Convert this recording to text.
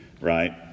right